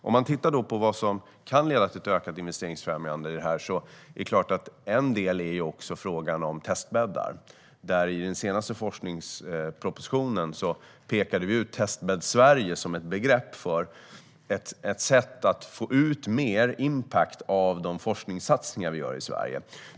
När det gäller vad som kan leda till ett ökat investeringsfrämjande är en del frågan om testbäddar. I den senaste forskningspropositionen pekade vi ut Testbädd Sverige som ett begrepp och som ett sätt att få ut mer impact av de forskningssatsningar som vi gör i Sverige.